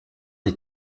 les